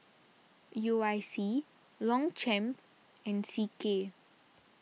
U I C Longchamp and C K